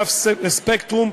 אגף ספקטרום,